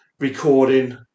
recording